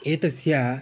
एतस्याः